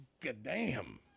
goddamn